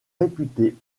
réputés